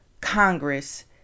Congress